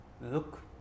Look